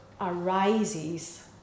arises